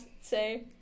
say